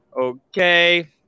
Okay